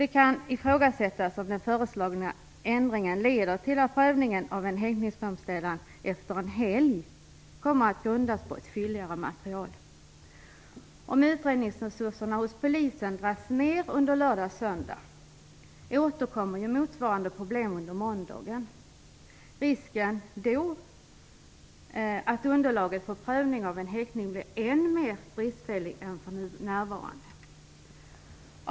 Det kan ifrågasättas om den föreslagna ändringen leder till att prövningen av en häktningsframställan efter en helg kommer att grundas på ett fylligare material. Om utredningsresurserna hos polisen dras ned under lördagar och söndagar återkommer ju motsvarande problem under måndagen. Risken är då att underlaget för prövning av en häktning blir än mer bristfällig än den för närvarande är.